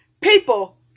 people